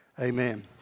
Amen